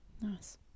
Nice